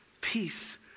peace